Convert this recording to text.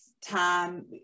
time